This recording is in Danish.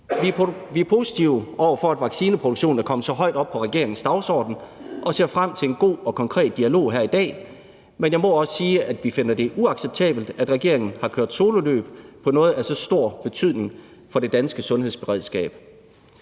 Vi er positive over for, at vaccineproduktionen er kommet så højt op på regeringens dagsorden og ser frem til en god og konkret dialog her i dag. Men jeg må også sige, at vi finder det uacceptabelt, at regeringen har kørt sololøb på noget af så stor betydning for det danske sundhedsberedskab.